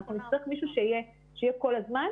אנחנו נצטרך מישהו שיהיה כל הזמן,